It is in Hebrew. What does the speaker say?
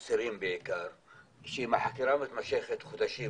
בעיקר אסירים שאם החקירה לפעמים מתמשכת חודשים,